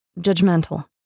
judgmental